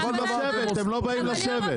הם לא באים לשבת.